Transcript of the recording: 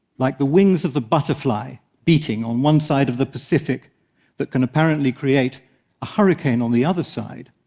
like the wings of the butterfly beating on one side of the pacific that can apparently create a hurricane on the other side,